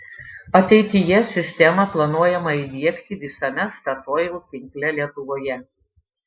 ateityje sistemą planuojama įdiegti visame statoil tinkle lietuvoje